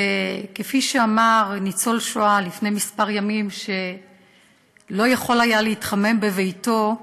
וכפי שאמר לפני כמה ימים ניצול שואה שלא יכול היה להתחמם בביתו,